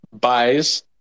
buys